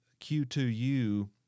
Q2U